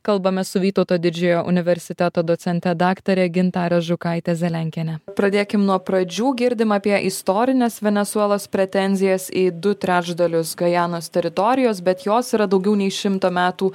kalbamės su vytauto didžiojo universiteto docente daktare gintare žukaitė zeliankiene pradėkim nuo pradžių girdim apie istorines venesuelos pretenzijas į du trečdalius gajanos teritorijos bet jos yra daugiau nei šimto metų